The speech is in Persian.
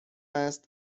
است